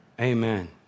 Amen